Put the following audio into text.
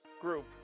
group